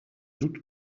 doute